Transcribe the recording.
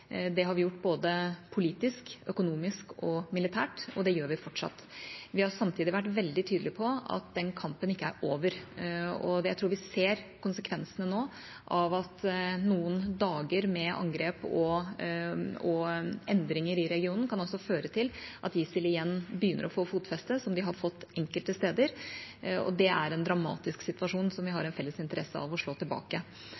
Det har vi gjort både politisk, økonomisk og militært, og det gjør vi fortsatt. Vi har samtidig vært veldig tydelige på at den kampen ikke er over, og jeg tror vi nå ser konsekvensene av at noen dager med angrep og endringer i regionen kan føre til at ISIL igjen begynner å få fotfeste – som de har fått enkelte steder. Det er en dramatisk situasjon som vi